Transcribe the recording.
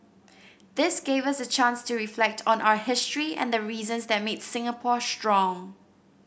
this gave us a chance to reflect on our history and the reasons that made Singapore strong